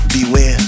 Beware